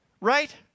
Right